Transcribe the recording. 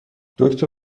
دکتر